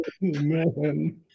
man